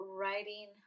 writing